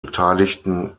beteiligten